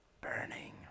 Burning